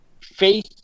Faith